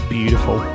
beautiful